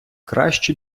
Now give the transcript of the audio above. краще